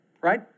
right